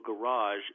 garage